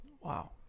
Wow